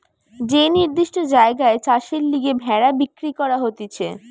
যে নির্দিষ্ট জায়গায় চাষের লিগে ভেড়া বিক্রি করা হতিছে